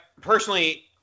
personally